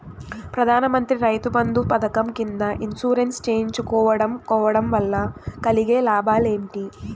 ప్రధాన మంత్రి రైతు బంధు పథకం కింద ఇన్సూరెన్సు చేయించుకోవడం కోవడం వల్ల కలిగే లాభాలు ఏంటి?